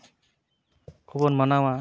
ᱠᱚᱵᱚᱱ ᱢᱟᱱᱟᱣᱟ